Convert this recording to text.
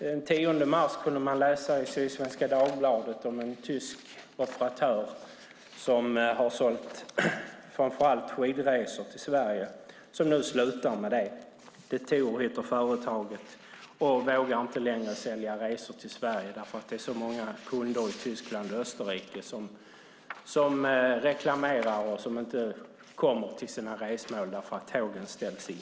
Den 10 mars kunde man läsa i Sydsvenska Dagbladet om en tysk operatör som har sålt framför allt skidresor till Sverige och som nu slutar med det. Detour heter företaget. Man vågar inte längre sälja resor till Sverige eftersom det är så många kunder i Tyskland och Österrike som reklamerar och som inte kommer till sina resmål därför att tågen ställs in.